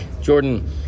Jordan